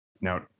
Now